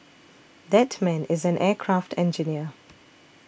that man is an aircraft engineer